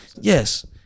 Yes